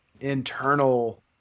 internal